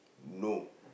no